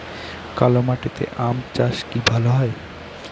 কালো মাটিতে আম চাষ কি ভালো হয়?